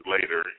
Later